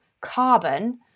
Carbon